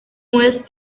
west